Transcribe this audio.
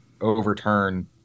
overturn